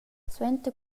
suenter